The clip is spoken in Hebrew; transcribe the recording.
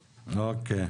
אוקיי.